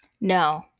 no